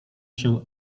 się